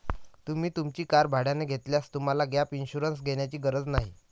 तुम्ही तुमची कार भाड्याने घेतल्यास तुम्हाला गॅप इन्शुरन्स घेण्याची गरज नाही